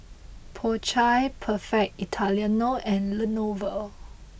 Po Chai Perfect Italiano and Lenovo